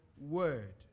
word